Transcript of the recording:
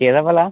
केह्दा भला